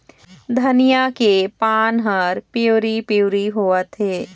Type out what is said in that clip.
धनिया के पान हर पिवरी पीवरी होवथे?